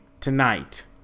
tonight